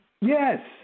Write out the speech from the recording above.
Yes